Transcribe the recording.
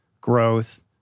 growth